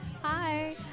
Hi